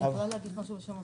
הערה של נירה שפק,